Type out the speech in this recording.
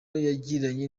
yagiranye